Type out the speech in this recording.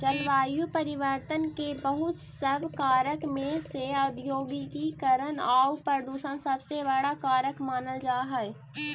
जलवायु परिवर्तन के बहुत सब कारक में से औद्योगिकीकरण आउ प्रदूषण सबसे बड़ा कारक मानल जा हई